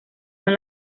son